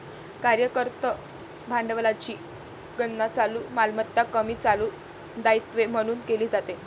कार्यरत भांडवलाची गणना चालू मालमत्ता कमी चालू दायित्वे म्हणून केली जाते